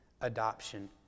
adoption